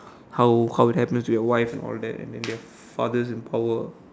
how how it happens to their wives and all that and then they have fathers in power